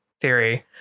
theory